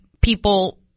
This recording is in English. people